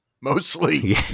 mostly